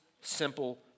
simple